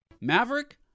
Maverick